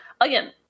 Again